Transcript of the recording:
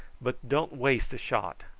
but don't waste a shot.